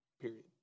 Period